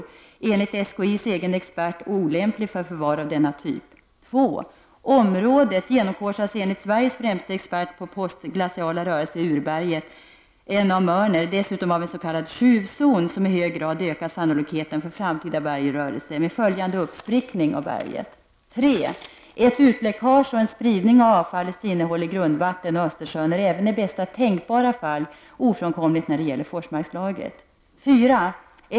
Den är enligt SKI:s egen expert olämplig för förvar av denna typ. 2. Området genomkorsas enligt Sveriges främste expert på postglaciala rörelser i urberget, N-A Mörner, dessutom av en s.k. skjuvzon, som i hög grad ökar sannolikheten för framtida bergrörelser med följande uppsprickning av berget. 3. Ett utläckage och en spridning av avfallets innehåll i grundvattnet och Östersjön är även i bästa tänkbara fall ofrånkomligt när det gäller Forsmarkslagret. 4.